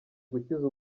gukiza